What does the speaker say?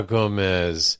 Gomez